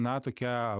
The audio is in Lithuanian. na tokia